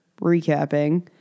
recapping